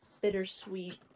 bittersweet